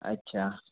अच्छा